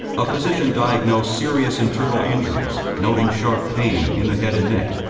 a physician diagnosed serious internal injuries noting sharp pain in the head and neck.